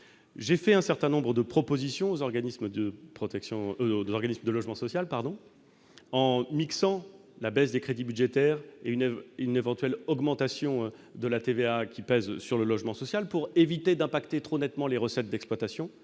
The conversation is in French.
J'ai fait un certain nombre de propositions aux organismes de logement social, notamment celle d'associer à la baisse des crédits budgétaires une éventuelle augmentation de la TVA qui pèse sur le logement social, afin d'éviter d'affecter trop durement leurs recettes d'exploitation.